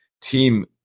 team